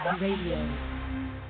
Radio